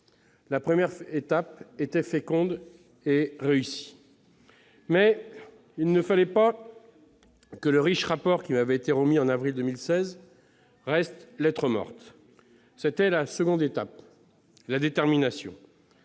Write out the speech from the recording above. première étape était féconde et réussie. Toutefois, il ne fallait pas pour autant que le riche rapport qui m'avait été remis en avril 2016 reste lettre morte. D'où la seconde étape : la détermination.